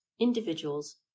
individuals